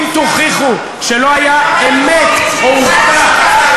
אם תוכיחו שלא הייתה אמת או עובדה,